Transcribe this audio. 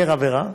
פר עבירה,